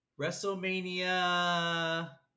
WrestleMania